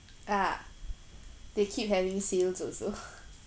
ah they keep having sales also